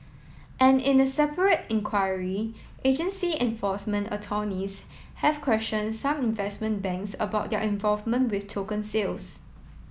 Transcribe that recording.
and in a separate inquiry agency enforcement attorneys have questioned some investment banks about their involvement with token sales